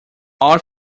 all